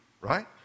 right